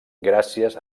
gràcies